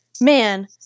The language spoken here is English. man